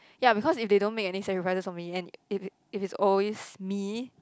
ya because if they don't make any sacrifices for me and if it if it's always me